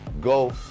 go